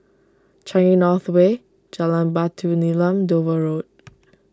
Changi North Way Jalan Batu Nilam Dover Road